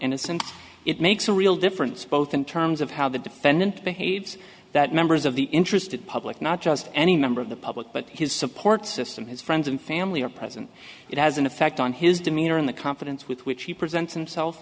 innocence it makes a real difference both in terms of how the defendant behaves that members of the interested public not just any member of the public but his support system his friends and family are present it has an effect on his demeanor in the confidence with which he presents himself